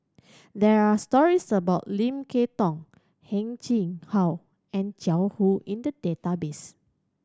there are stories about Lim Kay Tong Heng Chee How and Jiang Hu in the database